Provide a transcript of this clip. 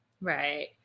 Right